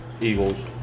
Eagles